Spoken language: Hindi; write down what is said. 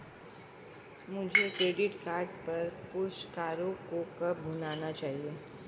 मुझे क्रेडिट कार्ड पर पुरस्कारों को कब भुनाना चाहिए?